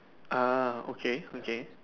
ah okay okay